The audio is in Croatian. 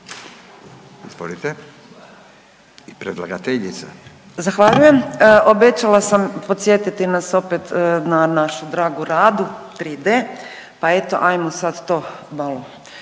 Urša (Možemo!)** Zahvaljujem. Obećala sam podsjetiti nas opet na našu dragu Radu 3D, pa eto ajmo sad to malo